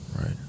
right